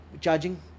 charging